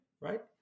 right